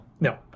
no